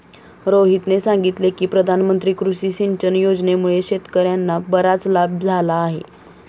रोहितने सांगितले की प्रधानमंत्री कृषी सिंचन योजनेमुळे शेतकर्यांना बराच लाभ झाला आहे